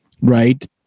right